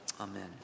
Amen